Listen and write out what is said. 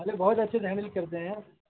بہت اچھے سے ہینڈل کرتے ہیں